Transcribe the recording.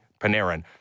panarin